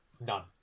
None